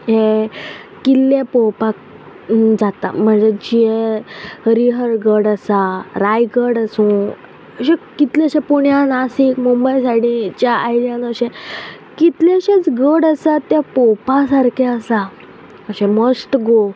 हे किल्ले पोवपाक जाता म्हणजे जे हरीहर गड आसा रायगड आसूं अशें कितलेशे पुण्या नासीक मुंबय सायडीच्या आयल्यान अशें कितलेशेच गड आसा ते पोवपा सारके आसा अशें मस्ट गो